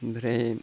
ओमफ्राय